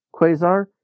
Quasar